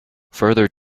further